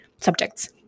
subjects